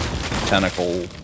tentacle